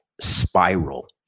spiral